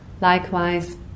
likewise